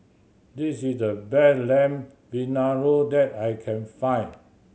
this is the best Lamb Vindaloo that I can find